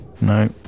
No